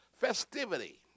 festivity